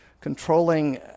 controlling